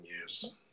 years